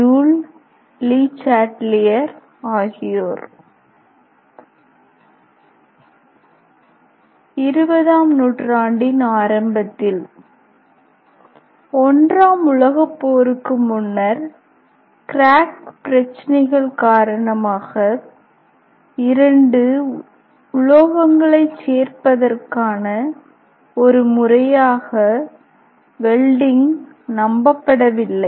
joule Le Chatelier ஆகியோர் 20 ஆம் நூற்றாண்டின் ஆரம்பத்தில் 1 ஆம் உலகப் போருக்கு முன்னர் கிராக் பிரச்சினைகள் காரணமாக இரண்டு உலோகங்களைச் சேர்ப்பதற்கான ஒரு முறையாக வெல்டிங் நம்பப்படவில்லை